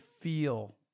feel